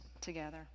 together